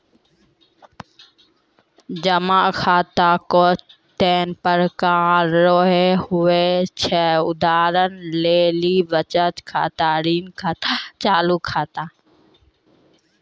जमा खाता कतैने प्रकार रो हुवै छै उदाहरण लेली बचत खाता ऋण खाता चालू खाता